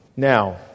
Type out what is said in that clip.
Now